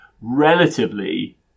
relatively